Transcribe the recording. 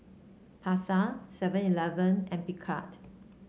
Pasar Seven Eleven and Picard